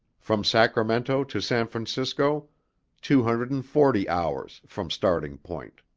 from sacramento to san francisco two hundred and forty hours, from starting point.